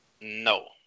No